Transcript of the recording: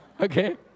Okay